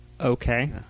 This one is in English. Okay